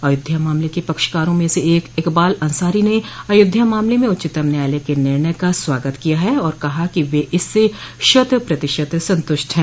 अयोध्या मामले के पक्षकारों में से एक इकबाल अंसारी ने अयोध्या मामले में उच्चतम न्यायालय के निर्णय का स्वागत किया है और कहा है कि वे इससे शत प्रतिशत संतुष्ट हैं